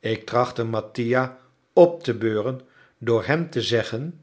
ik trachtte mattia op te beuren door hem te zeggen